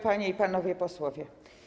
Panie i Panowie Posłowie!